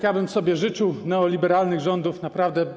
Ja bym sobie życzył neoliberalnych rządów, naprawdę.